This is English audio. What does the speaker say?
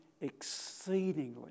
exceedingly